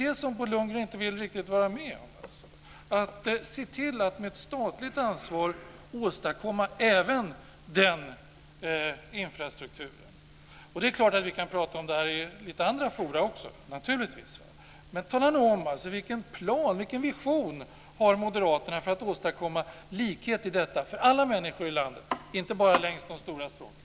Bo Lundgren vill inte riktigt vara med om att med hjälp av ett statligt ansvar åstadkomma även den infrastrukturen. Det är klart att vi kan prata om detta i andra forum också. Men tala nu om vilken plan, vilken vision, moderaterna har för att åstadkomma likhet i detta för alla människor i landet, inte bara längs de stora stråken.